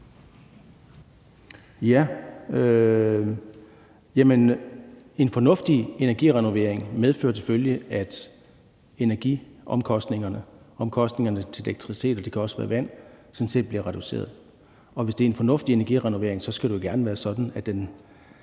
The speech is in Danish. en fornuftig energirenovering medfører selvfølgelig, at energiomkostningerne og omkostningerne til elektricitet – og det kan også være til vand – sådan set bliver reduceret. Og hvis det er en fornuftig energirenovering, skal det jo gerne være sådan, at den